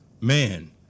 Man